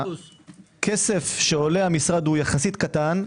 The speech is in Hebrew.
הכסף שעולה המשרד הוא יחסית קטן.